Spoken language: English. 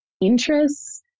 interests